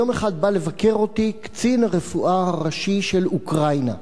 ויום אחד בא לבקר אותי קצין הרפואה הראשי של אוקראינה.